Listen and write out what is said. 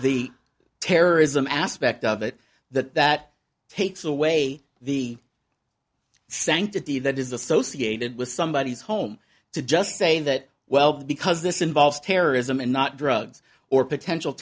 the terrorism aspect of it that that takes away the sanctity that is associated with somebody is home to just say that well because this involves terrorism and not drugs or potential